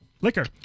Liquor